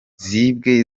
zibwe